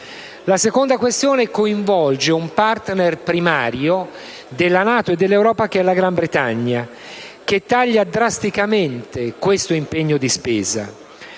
La seconda questione coinvolge un *partner* primario della NATO e dell'Europa, la Gran Bretagna, che taglia drasticamente questo impegno di spesa.